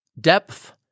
depth